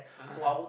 (uh huh)